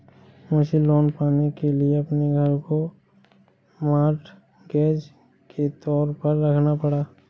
मुझे लोन पाने के लिए अपने घर को मॉर्टगेज के तौर पर रखना पड़ा